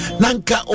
nanka